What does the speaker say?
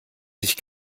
sich